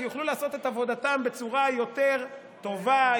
שיוכלו לעשות את עבודתם בצורה יותר טובה,